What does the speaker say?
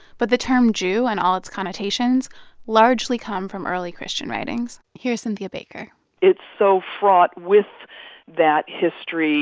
but the term jew and all its connotations largely come from early christian writings. here's cynthia baker it's so fraught with that history